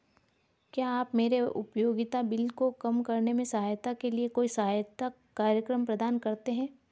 क्या आप मेरे उपयोगिता बिल को कम करने में सहायता के लिए कोई सहायता कार्यक्रम प्रदान करते हैं?